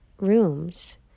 rooms